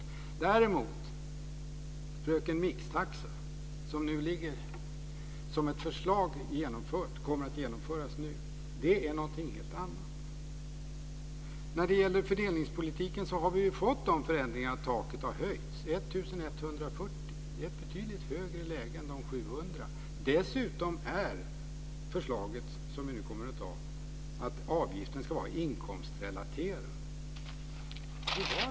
Däremot är Fröken Mixtaxa, som ligger som ett förslag som nu kommer att genomföras, någonting helt annat. När det gäller fördelningspolitiken har vi fått förändringen att taket har höjts. Det är 1 140 kr. Det är ett betydligt högre läge än 700 kr. Dessutom innebär det förslag som vi nu kommer att anta att avgiften kommer att vara inkomstrelaterad.